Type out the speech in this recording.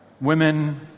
women